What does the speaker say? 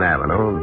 Avenue